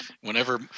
whenever